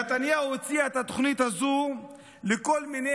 נתניהו הציע את התוכנית הזו לכל מיני